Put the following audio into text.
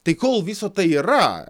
tai kol visa tai yra